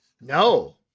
No